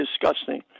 disgusting